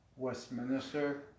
Westminster